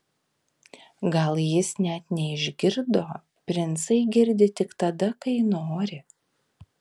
gal jis net neišgirdo princai girdi tik tada kai nori